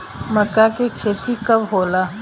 मक्का के खेती कब होला?